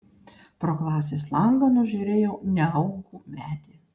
pro klasės langą nužiūrėjau neaugų medį